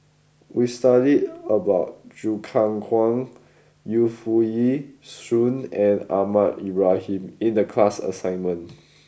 we studied about Choo Keng Kwang Yu Foo Yee Shoon and Ahmad Ibrahim in the class assignment